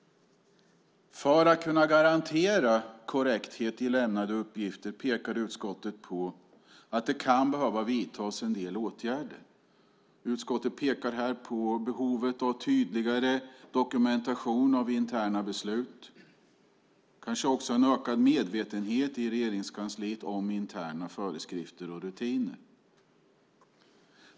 För att kunna garantera korrekthet i lämnade uppgifter pekar utskottet på att det kan behöva vidtas en del åtgärder. Utskottet pekar här på behovet av en tydligare dokumentation när det gäller interna beslut och kanske också en ökad medvetenhet i Regeringskansliet om interna föreskrifter och rutiner.